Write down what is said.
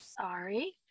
sorry